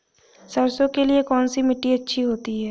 सरसो के लिए कौन सी मिट्टी अच्छी होती है?